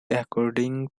according